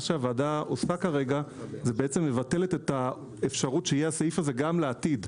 מה שהוועדה עושה כרגע מבטלת את האפשרות שיהיה הסעיף הזה גם לעתיד,